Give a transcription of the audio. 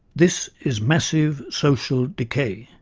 this is massive social decay.